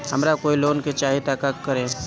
हमरा कोई लोन चाही त का करेम?